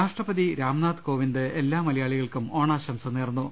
രാഷ്ട്രപതി രാംനാഥ് കോവിന്ദ് എല്ലാ മലയാളികൾക്കും ഓണാശം സകൾ നേർന്നു